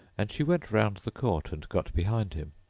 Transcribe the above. and she went round the court and got behind him,